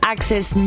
Access